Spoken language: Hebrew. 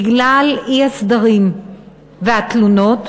2. בגלל האי-סדרים והתלונות